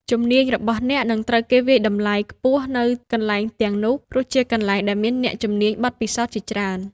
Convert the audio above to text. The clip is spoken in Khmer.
ជំនាញរបស់អ្នកនឹងត្រូវគេវាយតម្លៃខ្ពស់នៅកន្លែងទាំងនោះ ព្រោះជាកន្លែងដែលមានអ្នកជំនាញមានបទពិសោធជាច្រើន។